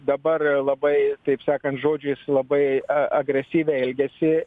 dabar labai taip sakant žodžiais labai agresyviai elgiasi